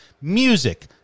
music